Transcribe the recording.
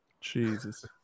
Jesus